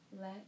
let